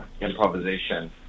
improvisation